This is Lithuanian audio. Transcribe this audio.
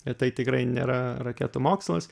ir tai tikrai nėra raketų mokslas